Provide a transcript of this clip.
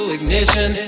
Ignition